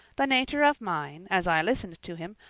the nature of mine, as i listened to him,